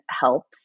helps